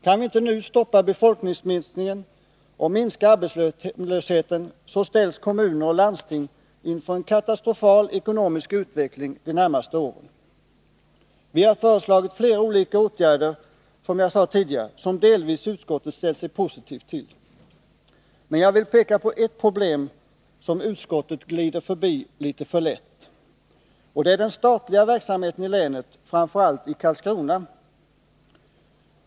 Kan vi inte nu stoppa befolkningsminskningen och minska arbetslösheten ställs kommuner och landsting inför en katastrofal ekonomisk utveckling de närmaste åren. Vi har föreslagit flera olika åtgärder — som jag sade tidigare — vilka utskottet delvis ställt sig positivt till. Men jag vill peka på ett problem som utskottet glider förbi litet för lätt. Det är den statliga verksamheten i länet, framför allt i Karlskrona.